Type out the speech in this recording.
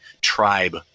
tribe